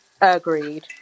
Agreed